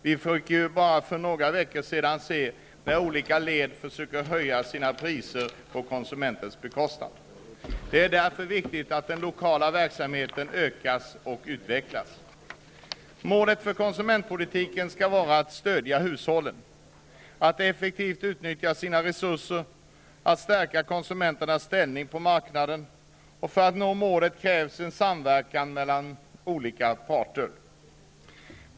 Så sent som för några veckor sedan försökte ju olika led höja priserna på konsumentens bekostnad. Det är därför viktigt att den lokala verksamheten utökas och utvecklas. Målet för konsumentpolitiken skall vara att stödja hushållen att effektivt utnyttja sina resurser samt att stärka konsumenternas ställning på marknaden. För att det målet skall uppnås krävs det en samverkan mellan olika parter.